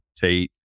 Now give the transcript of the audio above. Tate